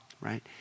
right